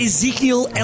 Ezekiel